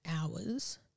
hours